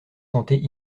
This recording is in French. santé